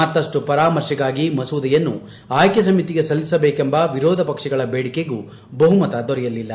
ಮತ್ತಷ್ಟು ಪರಾಮರ್ಶೆಗಾಗಿ ಮಸೂದೆಯನ್ನು ಆಯ್ಕೆ ಸಮಿತಿಗೆ ಸಲ್ಲಿಸಬೇಕೆಂಬ ವಿರೋಧ ಪಕ್ಷಗಳ ಬೇಡಿಕೆಗೂ ಬಹುಮತ ದೊರೆಯಲಿಲ್ಲ